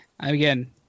Again